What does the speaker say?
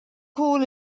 call